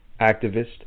activist